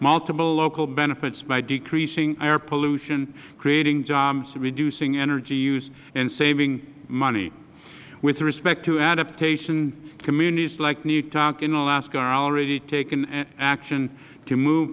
multiple local benefits by decreasing air pollution creating jobs reducing energy use and saving money with respect to adaptation communities like newtok alaska are already taking action to move